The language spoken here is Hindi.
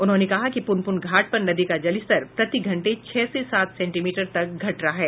उन्होंने कहा कि पुनपुन घाट पर नदी का जलस्तर प्रति घंटे छह से सात सेंटीमीटर तक घट रहा है